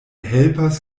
helpas